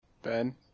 Ben